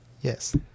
Yes